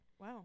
Wow